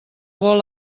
vol